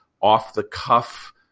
off-the-cuff